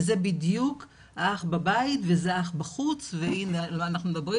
וזה בדיוק אח בבית, וזה האח בחוץ, ואנחנו מדברים